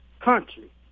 country